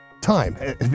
time